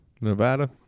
Nevada